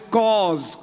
cause